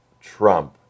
Trump